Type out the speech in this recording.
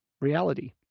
reality